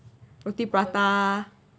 roti prata